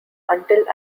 until